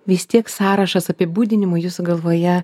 vis tiek sąrašas apibūdinimų jūsų galvoje